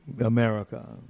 America